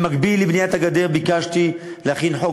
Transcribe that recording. במקביל לבניית הגדר ביקשתי להכין חוק